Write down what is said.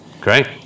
Great